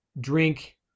drink